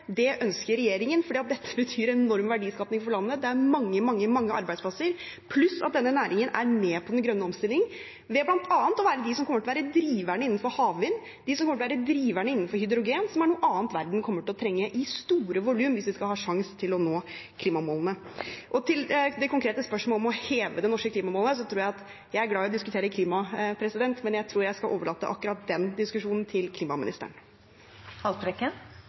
Det ønsker regjeringen, for dette betyr enorm verdiskaping for landet. Det er mange, mange arbeidsplasser, pluss at denne næringen er med på den grønne omstillingen ved bl.a. å være de som kommer til å være driverne innenfor havvind, de som kommer til å være driverne innenfor hydrogen, som er noe annet verden kommer til å trenge i store volum hvis vi skal ha sjans til å nå klimamålene. Til det konkrete spørsmålet om å heve det norske klimamålet: Jeg er glad i å diskutere klima, men jeg tror jeg skal overlate akkurat den diskusjonen til